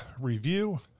review